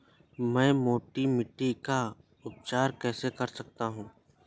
मैं मोटी मिट्टी का उपचार कैसे कर सकता हूँ?